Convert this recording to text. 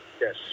Yes